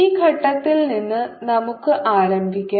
ഈ ഘട്ടത്തിൽ നിന്ന് നമുക്ക് ആരംഭിക്കാം